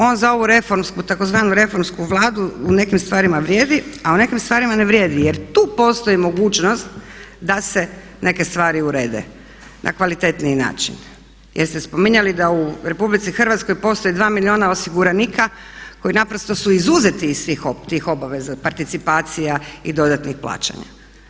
On za ovu reformsku, tzv. reformsku Vladu u nekim stvarima vrijedi a u nekim stvarima ne vrijedi jer tu postoji mogućnost da se neke stvari urede na kvalitetniji način jer ste spominjali da u RH postoji 2 milijuna osiguranika koji naprosto su izuzeti iz svih tih obaveza, participacija i dodatnih plaćanja.